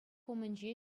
умӗнче